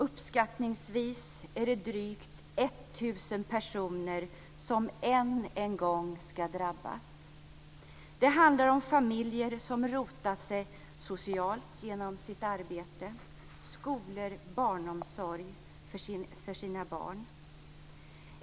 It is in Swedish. Uppskattningsvis är det drygt 1 000 personer som ännu en gång ska drabbas. Det handlar om familjer som rotat sig socialt genom sitt arbete, skolor och barnomsorg för sina barn.